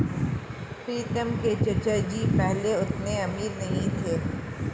प्रीतम के चाचा जी पहले उतने अमीर नहीं थे